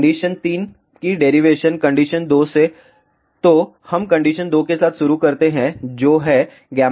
condition 3 की derivation condition 2 से तो हम कंडीशन 2 के साथ शुरू करते हैं जो हैΓins1